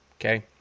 Okay